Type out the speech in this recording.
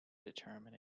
determine